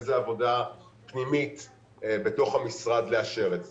כך עבודה פנימית בתוך המשרד לאשר את זה.